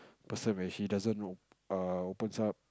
person where she doesn't know err opens up